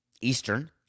Eastern